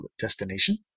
destination